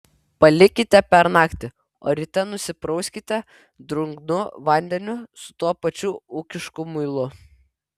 palikite per naktį o ryte nusiprauskite drungnu vandeniu su tuo pačiu ūkišku muilu